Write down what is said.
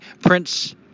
Prince